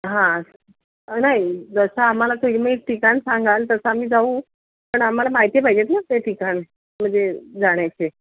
हां नाही जसं आम्हाला तुम्ही ठिकाण सांगाल तसं आम्ही जाऊ पण आम्हाला माहिती पाहिजे ना ते ठिकाण म्हणजे जाण्याचे